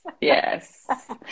yes